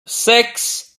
six